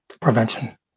prevention